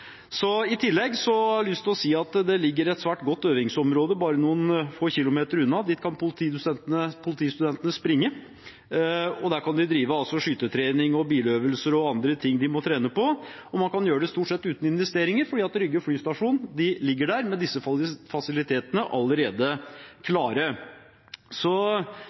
I tillegg har jeg lyst til å si at det ligger et svært godt øvingsområde bare noen få kilometer unna. Dit kan politistudentene springe, og der kan de drive skytetrening, biløvelser og andre ting de må trene på, og man kan gjøre det stort sett uten investeringer på grunn av at Rygge flystasjon ligger der med disse fasilitetene allerede klare.